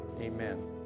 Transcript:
Amen